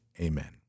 amen